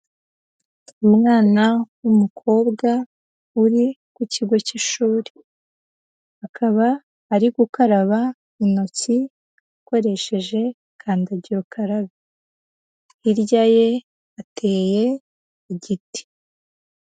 Umwana w'umukobwa uri ku kigo cy'ishuri, akaba ari gukaraba intoki akoresheje kandagira ukarabe hirya ye hateye igiti.